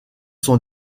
son